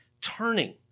turning